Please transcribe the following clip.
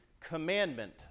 commandment